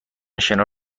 شنا